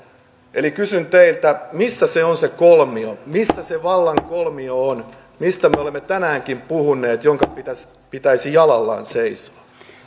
eli kysyn teiltä missä se on se kolmio missä on se vallan kolmio mistä me olemme tänäänkin puhuneet jonka pitäisi pitäisi jalallaan seisoa